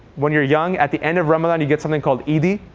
when you're young, at the end of ramadan, you get something called eidi,